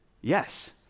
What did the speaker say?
yes